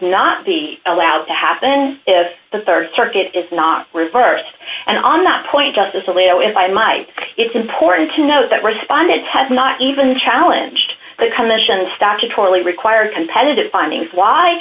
not be allowed to happen if the rd circuit is not reversed and on that point justice alito if i might it's important to note that responded has not even challenge the commission statutorily required competitive